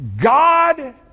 God